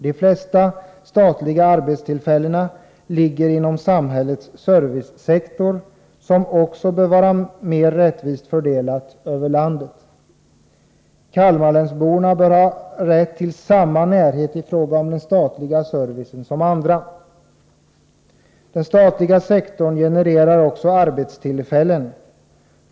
De flesta statliga arbetstillfällena ligger inom samhällets servicesektor, som också bör vara mer rättvist fördelad över landet. Kalmarlänsborna bör ha rätt till samma närhet i fråga om den statliga servicen som andra. Den statliga sektorn genererar också arbetstillfällen.